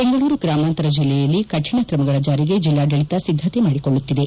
ಬೆಂಗಳೂರು ಗ್ರಾಮಾಂತರ ಜಿಲ್ಲೆಯಲ್ಲಿ ಕಠಿಣ ಕ್ರಮಗಳ ಜಾರಿಗೆ ಜಿಲ್ಲಾಡಳಿತ ಸಿದ್ದತೆ ಮಾಡಿಕೊಳ್ಳುತ್ತಿದೆ